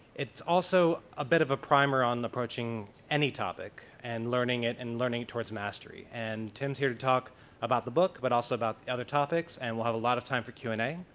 it's also a bit of a primer on approaching any topic and learning it and learning it towards mastery. and tim's here to talk about the book, but also about other topics. and we'll have a lot of time for q and a.